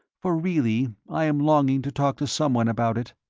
for really i am longing to talk to someone about it.